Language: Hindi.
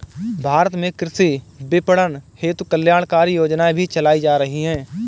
भारत में कृषि विपणन हेतु कल्याणकारी योजनाएं भी चलाई जा रही हैं